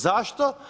Zašto?